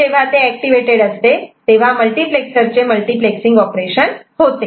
आणि जेव्हा ते ऍक्टिव्हेटड असते तेव्हा मल्टिप्लेक्सरचे मल्टिप्लेक्ससिंग ऑपरेशन होते